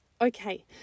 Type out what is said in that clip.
okay